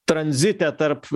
tranzite tarp